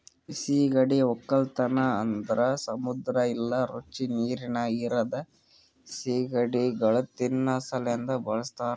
ಸೀಗಡಿ ಒಕ್ಕಲತನ ಅಂದುರ್ ಸಮುದ್ರ ಇಲ್ಲಾ ರುಚಿ ನೀರಿನಾಗ್ ಇರದ್ ಸೀಗಡಿಗೊಳ್ ತಿನ್ನಾ ಸಲೆಂದ್ ಬಳಸ್ತಾರ್